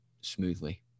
smoothly